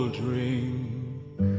drink